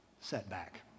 setback